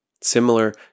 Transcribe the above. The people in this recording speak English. Similar